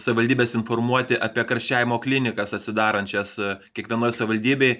savivaldybės informuoti apie karščiavimo klinikas atsidarančias kiekvienoj savivaldybėj